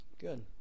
Good